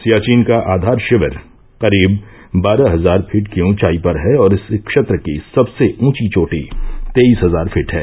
सियाचिन का आधार शिविर करीब बारह हजार फीट की ऊंचाई पर है और इस क्षेत्र की सबसे ऊंची चोटी तेईस हजार फीट है